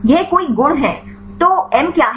यह कोई गुण है तो m क्या है